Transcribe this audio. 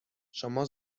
شما